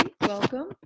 Welcome